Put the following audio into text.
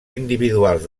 individuals